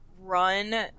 run